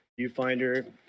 viewfinder